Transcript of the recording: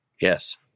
Yes